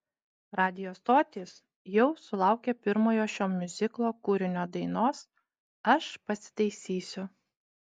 radijo stotys jau sulaukė pirmojo šio miuziklo kūrinio dainos aš pasitaisysiu